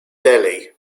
delhi